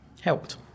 helped